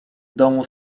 domu